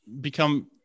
become